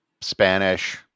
Spanish